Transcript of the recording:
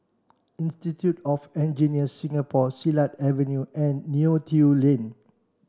Institute of Engineers Singapore Silat Avenue and Neo Tiew Lane